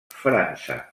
frança